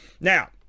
Now